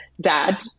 dad